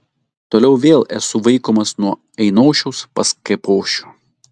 toliau vėl esu vaikomas nuo ainošiaus pas kaipošių